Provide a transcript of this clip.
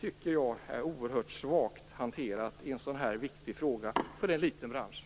Det är en oerhört svag hantering av en fråga som är så viktig för en liten bransch.